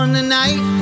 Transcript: tonight